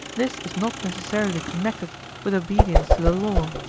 this is not necessarily connected with obedience to the law.